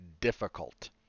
difficult